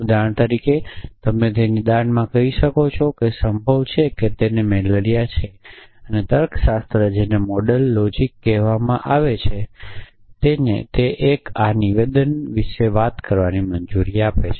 ઉદાહરણ તરીકે તમે તે નિદાનમાં કહી શકો છો કે સંભવ છે કે તેને મલેરિયા છે અને આ તર્કશાસ્ત્ર જેને મોડલ લોજિક કહેવામાં આવે છે તે 1 ને આ જેવા નિવેદનો વિશે વાત કરવાની મંજૂરી આપે છે